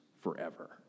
forever